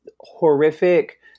horrific